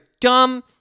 dumb